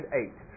eight